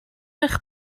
eich